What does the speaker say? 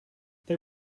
they